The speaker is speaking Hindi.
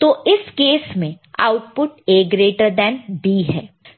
तो इस केस में output A greater than B है